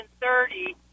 130